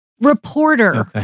reporter